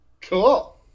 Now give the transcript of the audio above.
Cool